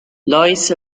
lois